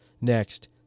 Next